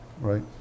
right